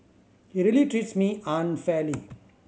he really treats me unfairly